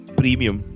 premium